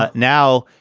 ah now,